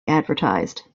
advertised